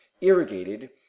irrigated